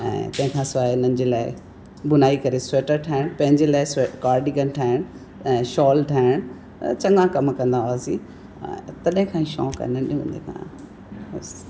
ऐं तंहिंखां सवाइ हिननि जे लाइ बुनाई करे स्वेटर ठाहिणु पंहिंजे लाइ स्वे कार्डिगन ठाहिण ऐं शॉल ठाहिण ऐं चङा कमु कंदा हुआसीं तॾहिं खां ई शौक़ु आहे नंढे हूंदे खां बसि